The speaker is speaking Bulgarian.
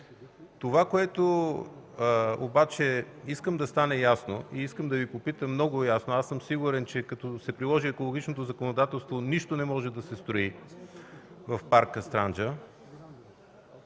Това, което обаче искам да стане ясно и да Ви попитам много ясно – аз съм сигурен, че като се приложи екологичното законодателство нищо не може да се построи в парка „Странджа”,